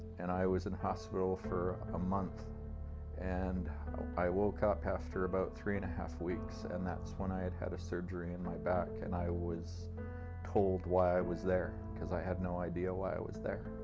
and i was in hospital for a month and i woke up after about three and a half weeks and that's when i had had a surgery in my back and i was told why i was there, because i had no idea why i was there.